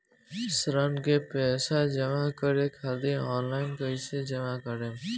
ऋण के पैसा जमा करें खातिर ऑनलाइन कइसे जमा करम?